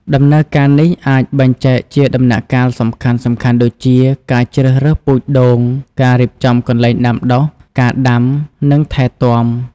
ដំណើរការនេះអាចបែងចែកជាដំណាក់កាលសំខាន់ៗដូចជា ការជ្រើសរើសពូជដូង ការរៀបចំកន្លែងដាំដុះ ការដាំ និងថែទាំ។